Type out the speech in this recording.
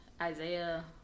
Isaiah